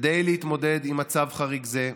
כדי להתמודד עם מצב חריג זה,